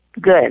good